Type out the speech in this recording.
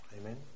Amen